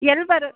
ಎಲ್ಲಿ ಬರ